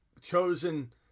chosen